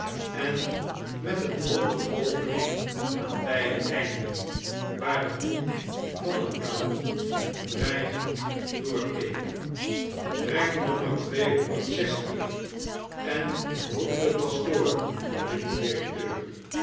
en met eene ronde opening aan beide einden waar de mond van een kanon dreigend doorkeek breng nommer tweehonderd zes hier en roep den pastoor riep de directeur